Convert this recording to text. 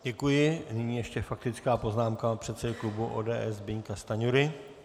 Děkuji, nyní ještě faktická poznámka předsedy klubu ODS Zbyňka Stanjury.